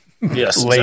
Yes